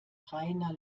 reiner